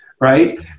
right